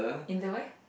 in the where